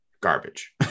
garbage